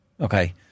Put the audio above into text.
Okay